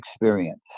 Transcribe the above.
experience